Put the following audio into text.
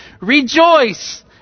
Rejoice